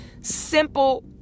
simple